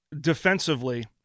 defensively